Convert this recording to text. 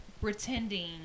pretending